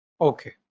Okay